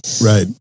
Right